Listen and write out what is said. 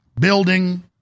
building